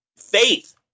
faith